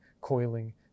coiling